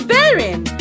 Bearing